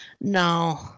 no